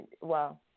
wow